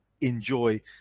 enjoy